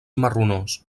marronós